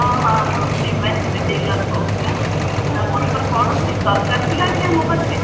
ହଁ ହଁ ମୁଁ ସିମେଣ୍ଟ ଡିଲର୍ କହୁଛି ଆପଣଙ୍କର କ'ଣ ଥି ଦରକାର ଥିଲା କି ଆମ ପାଖରେ